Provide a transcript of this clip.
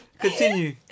Continue